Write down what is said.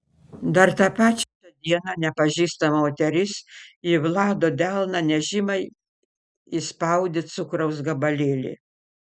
dar tą pačią dieną nepažįstama moteris į vlado delną nežymiai įspaudė cukraus gabalėlį